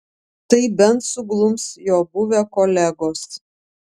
tai bent suglums jo buvę kolegos